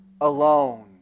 alone